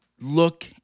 look